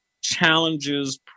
challenges